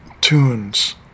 Tunes